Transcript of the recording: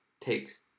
takes